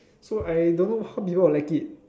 so I don't know how people will like it